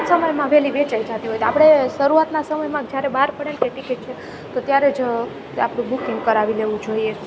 ટૂંક જ સમયમાં વહેલી વેચાઈ જતી હોય છે આપણે શરૂઆતના સમયમાં જ્યારે બહાર પડે ને કે ટિકિટ છે તો ત્યારે જ આપણું બૂકિંગ કરાવી લેવું જોઈએ